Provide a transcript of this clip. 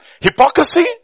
Hypocrisy